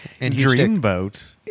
dreamboat